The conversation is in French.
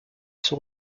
son